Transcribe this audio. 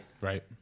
Right